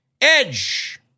Edge